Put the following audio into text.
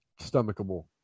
stomachable